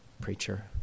preacher